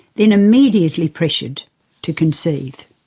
then immediately pressured to conceive.